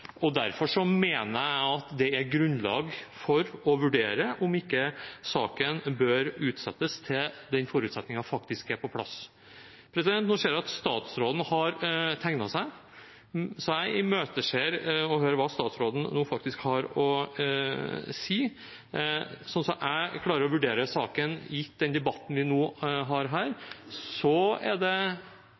Derfor mener jeg at det er grunnlag for å vurdere om ikke saken bør utsettes til den forutsetningen faktisk er på plass. Nå ser jeg at statsråden har tegnet seg, så jeg imøteser hva statsråden har å si. Slik jeg klarer å vurdere saken, gitt den debatten vi har her nå, er det